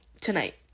tonight